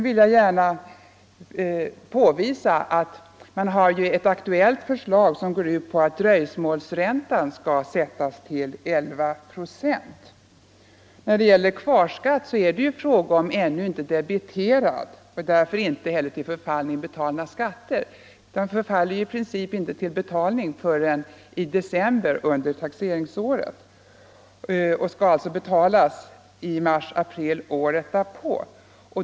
Det föreligger ju ett aktuellt förslag som går ut på att dröjsmålsräntan skall sättas till 11 procent. När det gäller kvarskatt är det för del av året fråga om ännu inte debiterade och därför inte heller till betalning förfallna skatter. De debiteras formellt inte förrän i december under taxeringsåret och skall alltså betalas under mars och april året därpå.